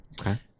Okay